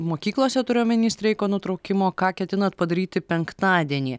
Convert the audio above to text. mokyklose turiu omeny streiko nutraukimo ką ketinat padaryti penktadienį